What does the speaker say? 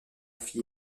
fit